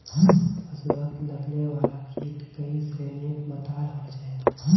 फस्लोत लगने वाला कीट कई श्रेनित बताल होछे